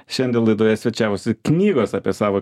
šiandien laidoje svečiavosi knygos apie savo